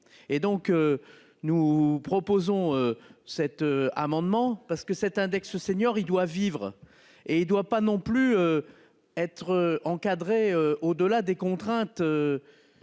et donc. Nous proposons cet amendement parce que cet index seniors il doit vivre et il doit pas non plus. Être encadré. Au-delà des contraintes.